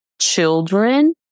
children